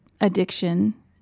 addiction